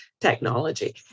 technology